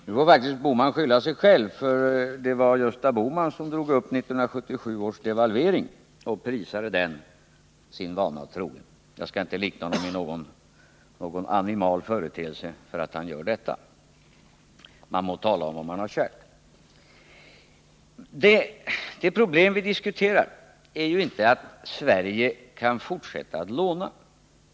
Nu får faktiskt Gösta Bohman skylla sig själv, för det var han som drog upp 1977 års devalvering och prisade den, sin vana trogen — jag skall inte likna honom vid någon animal företeelse för att han gör detta; man må tala om det man har kärt. Det problem vi diskuterar är ju inte om Sverige kan fortsätta att låna.